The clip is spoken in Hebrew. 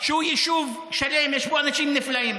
שהוא יישוב שלו ויש בו אנשים נפלאים.